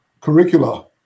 curricula